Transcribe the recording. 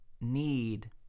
need